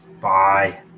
Bye